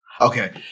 Okay